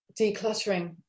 decluttering